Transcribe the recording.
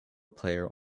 player